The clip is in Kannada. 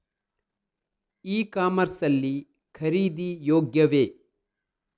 ಇ ಕಾಮರ್ಸ್ ಲ್ಲಿ ಖರೀದಿ ಯೋಗ್ಯವೇ?